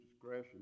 discretion